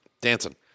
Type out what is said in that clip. Dancing